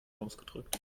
ausgedrückt